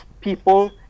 people